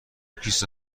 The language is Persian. کیسه